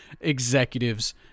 executives